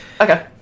Okay